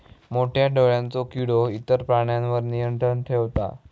मोठ्या डोळ्यांचो किडो इतर प्राण्यांवर नियंत्रण ठेवता